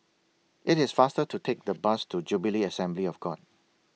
IT IS faster to Take The Bus to Jubilee Assembly of God